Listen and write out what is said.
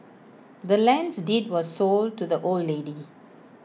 the land's deed was sold to the old lady